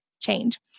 change